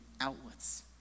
outwards